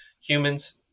humans